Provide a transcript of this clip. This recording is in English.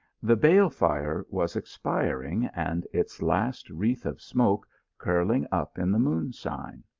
the bale fire was expiring, and its last wreath of smoke curling up in the moonshine.